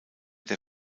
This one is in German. der